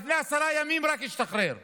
ורק לפני עשרה ימים השתחרר מהמילואים,